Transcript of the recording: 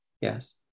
Yes